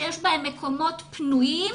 שיש בהם מקומות פנויים,